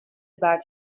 about